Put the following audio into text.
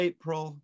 April